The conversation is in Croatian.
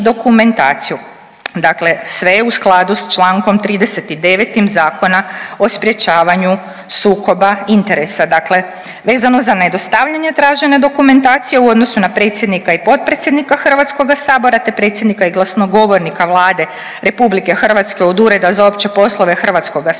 Dakle, sve je u skladu s Člankom 39. Zakona o sprječavanju sukoba interesa. Dakle, vezano za nedostavljanje tražene dokumentacije u odnosu na predsjednika i potpredsjednika Hrvatskoga sabora te predsjednika i glasnogovornika Vlade RH od Ureda za opće poslove Hrvatskoga sabora,